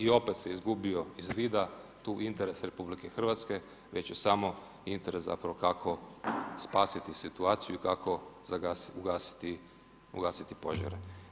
I opet se izgubio iz vida tu interes RH, već je samo interes zapravo kako spasiti situaciju i kako ugasiti požare.